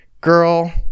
girl